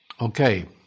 okay